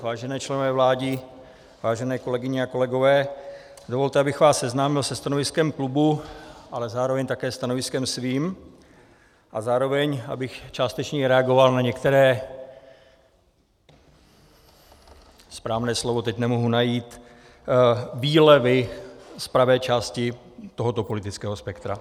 Vážené členové vlády, vážené kolegyně a kolegové, dovolte, abych vás seznámil se stanoviskem klubu, ale zároveň také stanoviskem svým, a zároveň abych částečně i reagoval na některé správné slovo teď nemohu najít výlevy z pravé části tohoto politického spektra.